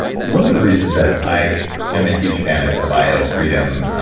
one of the reasons that i am a huge fan of bio-freedom,